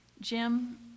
Jim